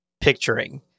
picturing